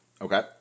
Okay